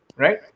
Right